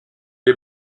les